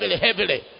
heavily